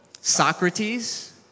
Socrates